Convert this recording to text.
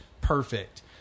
perfect